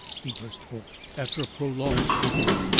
he burst forth, after a prolonged scrutiny,